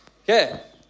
Okay